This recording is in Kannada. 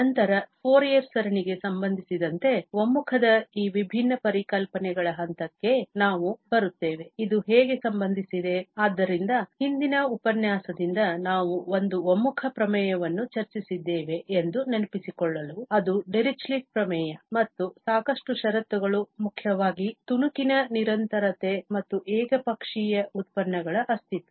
ನಂತರ ಫೋರಿಯರ್ ಸರಣಿಗೆ ಸಂಬಂಧಿಸಿದಂತೆ ಒಮ್ಮುಖದ ಈ ವಿಭಿನ್ನ ಪರಿಕಲ್ಪನೆಗಳ ಹಂತಕ್ಕೆ ನಾವು ಬರುತ್ತೇವೆ ಇದು ಹೇಗೆ ಸಂಬಂಧಿಸಿದೆ ಆದ್ದರಿಂದ ಹಿಂದಿನ ಉಪನ್ಯಾಸದಿಂದ ನಾವು ಒಂದು ಒಮ್ಮುಖ ಪ್ರಮೇಯವನ್ನು ಚರ್ಚಿಸಿದ್ದೇವೆ ಎಂದು ನೆನಪಿಸಿಕೊಳ್ಳಲು ಅದು ಡಿರಿಚ್ಲೆಟ್ ಪ್ರಮೇಯ ಮತ್ತು ಸಾಕಷ್ಟು ಷರತ್ತುಗಳು ಮುಖ್ಯವಾಗಿ ತುಣುಕಿನ ನಿರಂತರತೆ ಮತ್ತು ಏಕಪಕ್ಷೀಯ ಉತ್ಪನ್ನಗಳ ಅಸ್ತಿತ್ವ